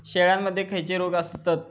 शेळ्यामध्ये खैचे रोग येतत?